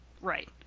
right